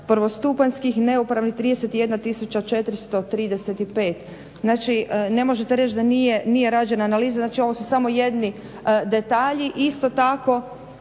prvostupanjskih, neupravnih 31435. Znači ne možete reći da nije rađena analiza. Znači ovo su samo jedni detalji. Isto tako,